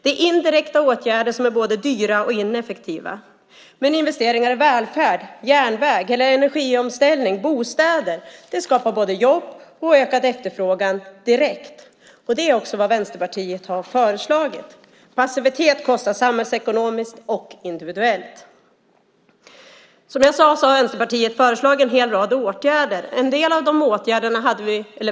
Det är indirekta åtgärder som är både dyra och ineffektiva. Men investeringar i välfärd, järnväg, bostäder eller energiomställning skapar både jobb och ökad efterfrågan direkt. Det är också vad Vänsterpartiet har föreslagit. Passivitet kostar samhällsekonomiskt och individuellt. Som jag sade har Vänsterpartiet föreslagit en hel rad åtgärder.